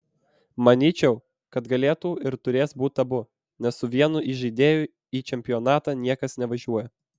manyčiau kad galėtų ir turės būti abu nes su vienu įžaidėju į čempionatą niekas nevažiuoja